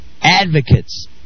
advocates